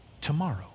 tomorrow